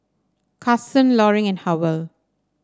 Carsen Loring and Howell